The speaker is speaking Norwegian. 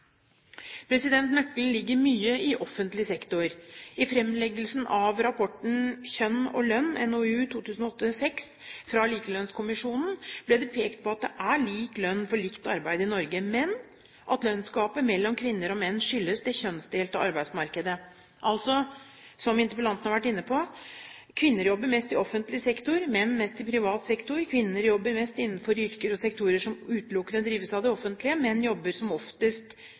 Nøkkelen ligger mye i offentlig sektor. I fremleggelsen av rapporten Kjønn og lønn, NOU 2008:6 fra Likelønnskommisjonen, ble det pekt på at det er lik lønn for likt arbeid i Norge, men at lønnsgapet mellom kvinner og menn skyldes det kjønnsdelte arbeidsmarkedet. Altså, som interpellanten har vært inne på: Kvinner jobber mest i offentlig sektor, menn mest i privat sektor. Kvinner jobber mest innenfor yrker og sektorer som utelukkende drives av det offentlige, menn jobber som oftest